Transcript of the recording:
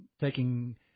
taking